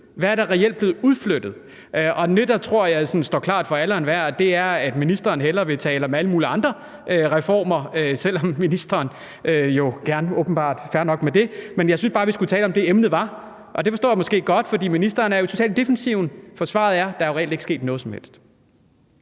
Hvad er der reelt blevet udflyttet? Og jeg tror, det står klart for alle og enhver, at ministeren hellere vil tale om alle mulige andre reformer. Det vil ministeren åbenbart gerne, og fair nok med det. Men jeg synes bare, at vi skulle tale om det, som var emnet. Jeg forstår det måske godt, for ministeren er jo totalt i defensiven, for svaret er, at der reelt ikke er sket noget som helst.